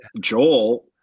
Joel